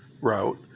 route